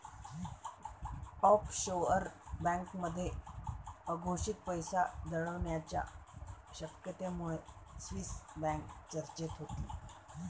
offshore बँकांमध्ये अघोषित पैसा दडवण्याच्या शक्यतेमुळे स्विस बँक चर्चेत होती